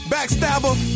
Backstabber